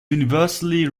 universally